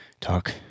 Talk